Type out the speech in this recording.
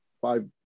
five